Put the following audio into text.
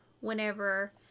whenever